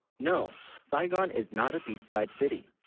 no saigon is not a beachside city